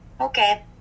okay